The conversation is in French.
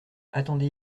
attendez